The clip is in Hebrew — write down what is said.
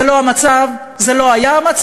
זה לא המצב, זה לא היה המצב,